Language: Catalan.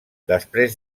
després